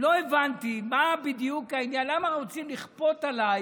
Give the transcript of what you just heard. לא הבנתי מה בדיוק העניין, למה רוצים לכפות עליי,